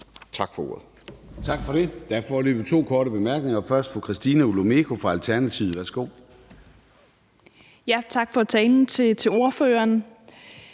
Tak for ordet.